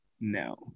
No